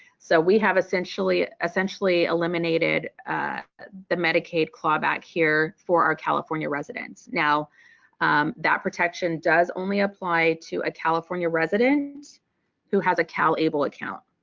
so we have essentially essentially eliminated the medicaid clawback here for our california residents. now that protection does only apply to a california resident who has a calable account.